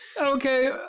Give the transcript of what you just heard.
Okay